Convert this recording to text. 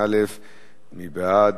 התשע"א 2011. מי בעד?